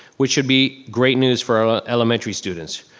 which would be great news for elementary students.